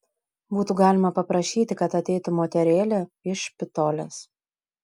būtų galima paprašyti kad ateitų moterėlė iš špitolės